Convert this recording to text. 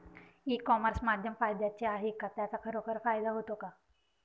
E commerce माध्यम फायद्याचे आहे का? त्याचा खरोखर फायदा होतो का?